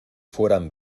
fueran